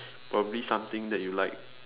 probably something that you like